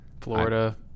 florida